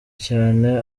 cyane